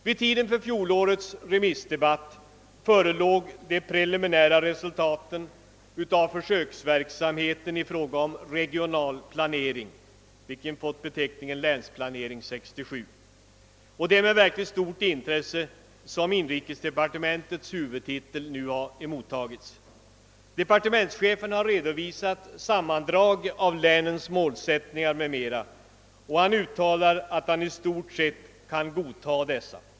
Vid tiden för fjolårets remissdebatt förelåg de preliminära resultaten av försöksverksamheten i fråga om regionalplanering som fått beteckningen Länsplanering 67, och det är med verkligt stort intresse som inrikesdepartementets huvudtitel nu mottagits. Depar tementschefen har redovisat sammandrag av länens målsättningar m.m. och har uttalat att han i stort sett kan godta dessa.